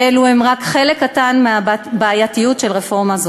ואלו הן רק חלק קטן מהבעיות של רפורמה זו.